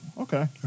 okay